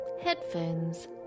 headphones